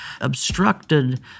obstructed